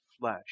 flesh